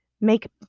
Make